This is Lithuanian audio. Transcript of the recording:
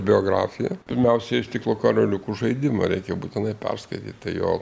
biografiją pirmiausia iš stiklo karoliukų žaidimą reikia būtinai perskaityti jo